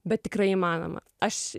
bet tikrai įmanoma aš